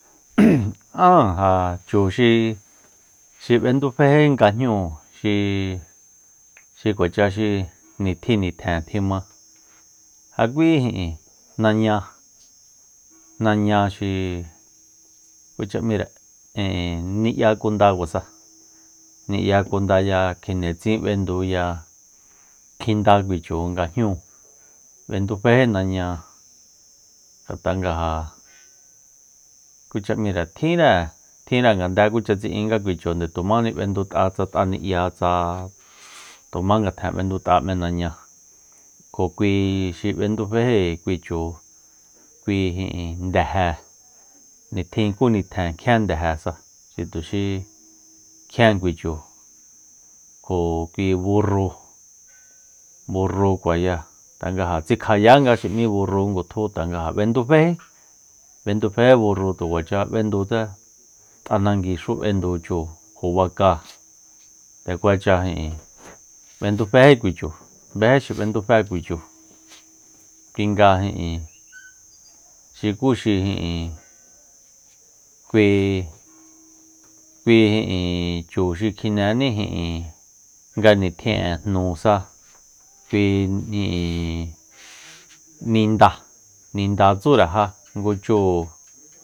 Áa ja chu xi bénduféjí nga jñúu xi- xi kuacha xi nitjin nitjen tjimá ja kui ijin naña- naña xi kucha m'íre ni'ya kundakuasa ni'ya kundaya kjindetsín b'enduya kjinda kui chu nga jñúu b'enduféjí naña ngat'a nga ja kucha m'íre ja tjínre- tjinre ngande kucha tsi'inga kui chunde tujmáni b'endut'a ni'ya tsa tujmá ngatjen bendut'a m'e naña kjo kui xi b'enduféjí kui chu kui ijin ndeje nitjin ku nitjen kjien ndejesa xi tuxi kjien kui chu kjo kui burru- burru kua ya yanga ja tsikjayánga ngutjú xi m'í burru tanga tsikjayájí b'enduféjí burru tukuacha b'endutse t'anangui xú bendu chúu kjo bakáa nde kuacha b'enduféjí kui chu béjí xi b'endufe kui chu kui nga ijin xukú xi ijin kui- kui ijin chu xi kjinéni nga nitjin'e jnusa kui ijin ninda- ninda tsúre ja ngu chu